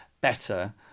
better